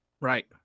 Right